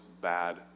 bad